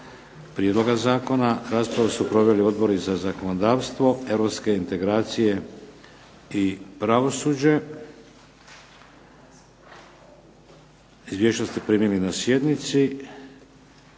prijedloga zakona. Raspravu su proveli Odbori za zakonodavstvo, europske integracije i pravosuđe. Izvješća ste primili na sjednici.